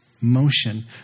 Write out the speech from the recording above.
motion